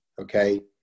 okay